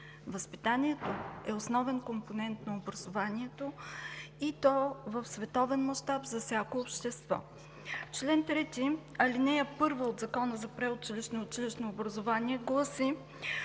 Възпитанието е основен компонент на образованието, и то в световен мащаб за всяко общество. Член З, ал. 1 от Закона за предучилищното и училищното образование гласи,